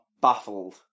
baffled